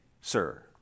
sir